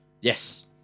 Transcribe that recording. Yes